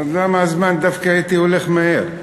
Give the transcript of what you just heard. למה הזמן דווקא אתי הולך מהר?